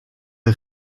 est